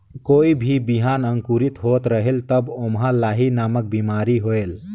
कोई भी बिहान अंकुरित होत रेहेल तब ओमा लाही नामक बिमारी होयल?